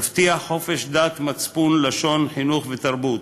תבטיח חופש דת, מצפון, לשון, חינוך ותרבות,